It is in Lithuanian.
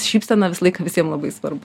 šypsena visą laiką visiem labai svarbu